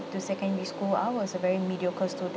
to secondary school I was a very mediocre student